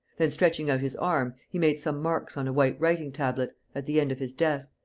then, stretching out his arm, he made some marks on a white writing-tablet, at the end of his desk,